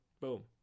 Boom